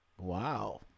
Wow